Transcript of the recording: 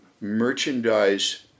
merchandise